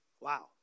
Wow